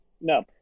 No